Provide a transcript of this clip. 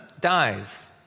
dies